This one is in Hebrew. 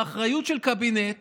האחריות של קבינט